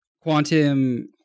quantum